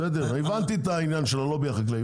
בסדר הבנתי את העניין של הלובי החקלאי,